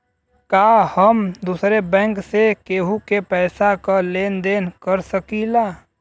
का हम दूसरे बैंक से केहू के पैसा क लेन देन कर सकिला?